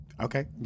Okay